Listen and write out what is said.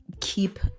keep